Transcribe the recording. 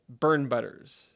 burnbutters